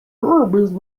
herb